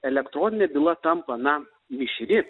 elektroninė byla tampa na mišri